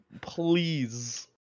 Please